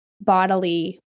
bodily